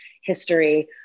history